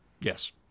Yes